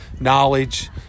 knowledge